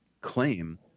claim